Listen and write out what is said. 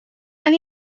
and